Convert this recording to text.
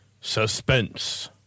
suspense